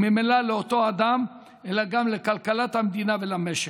וממילא לאותו אדם, אלא גם לכלכלת המדינה ולמשק.